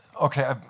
Okay